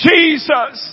Jesus